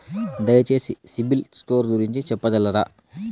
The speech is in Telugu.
దయచేసి సిబిల్ స్కోర్ గురించి చెప్పగలరా?